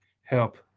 help